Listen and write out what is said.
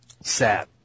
sad